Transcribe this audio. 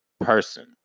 person